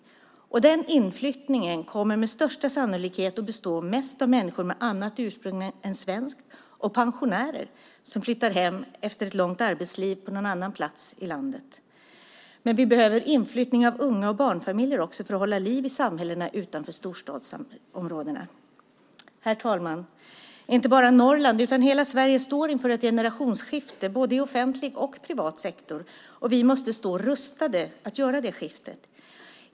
Den inflyttningen kommer med största sannolikhet att bestå mest av människor med annat ursprung än svenskt och av pensionärer som flyttar hem efter ett långt arbetsliv på någon annan plats i landet. Men vi behöver inflyttning av unga och barnfamiljer också för att hålla liv i samhällena utanför storstadsområdena. Herr talman! Inte bara Norrland utan hela Sverige står inför ett generationsskifte både i offentlig och privat sektor. Vi måste stå rustade att göra det skiftet.